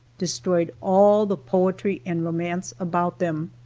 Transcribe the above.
destroyed all the poetry and romance about them.